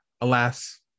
alas